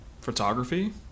Photography